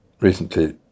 recently